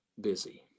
busy